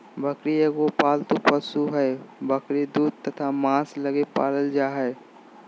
बकरी एगो पालतू पशु हइ, बकरी दूध तथा मांस लगी पालल जा हइ